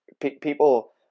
people